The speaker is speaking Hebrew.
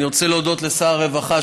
אני רוצה להודות לשר הרווחה,